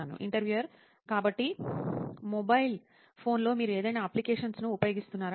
interviewer కాబట్టి mobile ఫోన్లో మీరు ఏదైనా అప్లికేషన్స్ ను ఉపయోగిస్తున్నారా